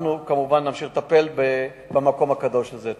ואנחנו נמשיך לטפל במקום הקדוש הזה.